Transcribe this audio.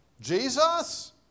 Jesus